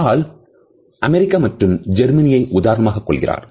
இருக்கு ஹால் அமெரிக்கா மற்றும் ஜெர்மனியை உதாரணமாக கொள்கிறார்